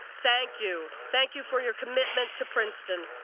thank you. thank you for your commitment to princeton.